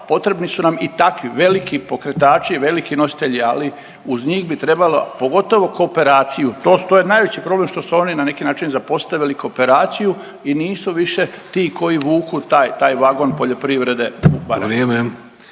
potrebni su nam i takvi veliki pokretači, veliki nositelji. Ali uz njih bi trebalo pogotovo kooperaciju. To je najveći problem što su oni na neki način zapostavili kooperaciju i nisu više ti koji vuku taj vagon poljoprivrede